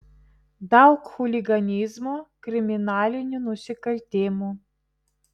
daug chuliganizmo kriminalinių nusikaltimų